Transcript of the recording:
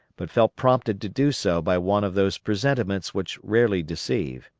but felt prompted to do so by one of those presentiments which rarely deceive.